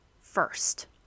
First